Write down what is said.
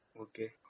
Okay